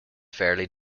fairly